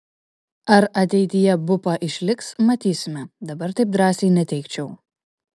ar ateityje bupa išliks matysime dabar taip drąsiai neteigčiau